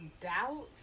doubt